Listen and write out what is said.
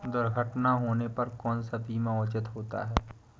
दुर्घटना होने पर कौन सा बीमा उचित होता है?